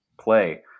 play